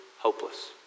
Hopeless